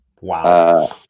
Wow